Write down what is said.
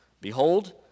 Behold